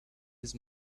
his